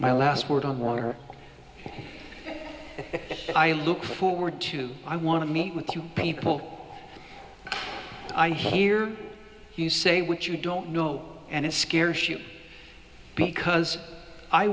my last word on more i look forward to i want to meet with you people i hear you say what you don't know and it scares you because i